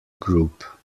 group